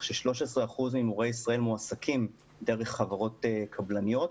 13 אחוזים ממורי ישראל מועסקים דרך חברות קבלניות.